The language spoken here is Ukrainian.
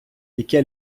яке